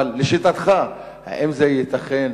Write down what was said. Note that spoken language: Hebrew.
אבל לשיטתך, האם ייתכן